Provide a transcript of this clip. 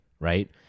right